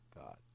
God